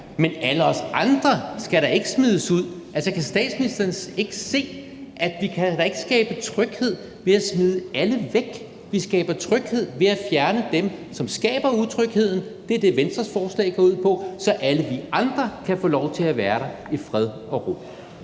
ikke alle os andre, der skal smides ud. Altså, kan statsministeren ikke se, at vi da ikke kan skabe tryghed ved at smide alle væk? Vi skaber tryghed ved at fjerne dem, der skaber utrygheden – det er det, Venstres forslag går ud på – så alle vi andre kan få lov til at være der i fred og ro.